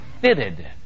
fitted